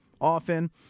often